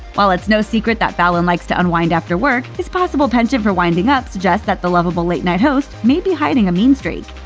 while it's no secret that fallon likes to unwind after work, his possible penchant for winding up suggests that the lovable late-night host may be hiding a mean streak.